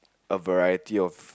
a variety of